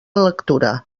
lectura